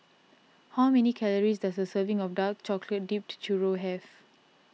how many calories does a serving of Dark Chocolate Dipped Churro have